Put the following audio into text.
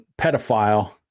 pedophile